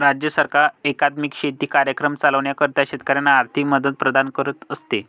राज्य सरकार एकात्मिक शेती कार्यक्रम चालविण्याकरिता शेतकऱ्यांना आर्थिक मदत प्रदान करत असते